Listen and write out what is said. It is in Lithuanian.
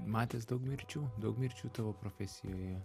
matęs daug mirčių daug mirčių tavo profesijoje